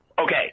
okay